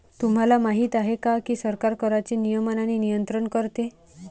तुम्हाला माहिती आहे का की सरकार कराचे नियमन आणि नियंत्रण करते